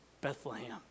Bethlehem